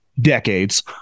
decades